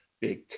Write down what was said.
big